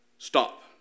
Stop